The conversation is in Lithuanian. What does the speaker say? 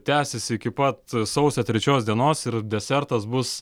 tęsiasi iki pat sausio trečios dienos ir desertas bus